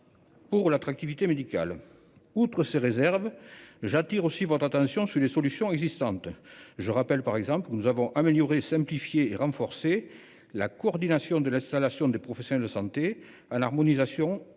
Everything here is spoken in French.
d'attractivité médicale. Outre ces réserves, j'attire aussi votre attention sur les solutions existantes. Je rappelle, par exemple, que nous avons amélioré, simplifié et renforcé la coordination de l'installation des professionnels de santé, en harmonisant les